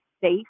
safe